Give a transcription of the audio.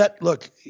look